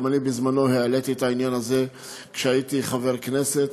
גם אני בזמני העליתי את העניין הזה כשהייתי חבר כנסת,